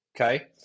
Okay